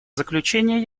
заключения